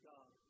God